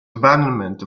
abandonment